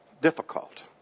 difficult